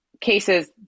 cases